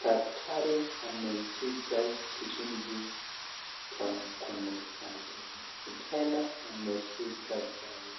Daktari ameshika sirinji kwa mkono wake tena ameshika dawa